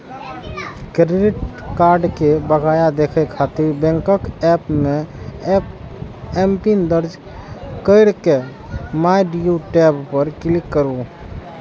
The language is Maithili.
क्रेडिट कार्ड के बकाया देखै खातिर बैंकक एप मे एमपिन दर्ज कैर के माइ ड्यू टैब पर क्लिक करू